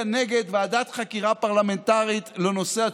נגד ועדת חקירה פרלמנטרית לנושא הצוללות.